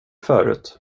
förut